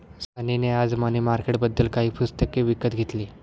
सनी ने आज मनी मार्केटबद्दल काही पुस्तके विकत घेतली